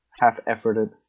half-efforted